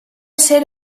ser